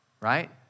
right